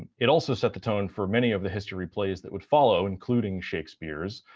ah it also set the tone for many of the history plays that would follow, including shakespeare's.